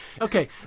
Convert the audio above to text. Okay